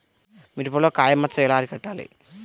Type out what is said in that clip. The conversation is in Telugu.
మిరపలో కాయ మచ్చ ఎలా అరికట్టాలి?